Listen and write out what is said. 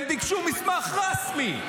הם ביקשו מסמך רשמי.